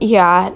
ya